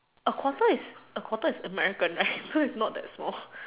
a quarter is a quarter is American right so it's not that small